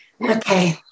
Okay